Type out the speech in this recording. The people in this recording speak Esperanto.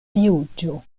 juĝo